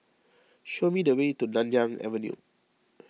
show me the way to Nanyang Avenue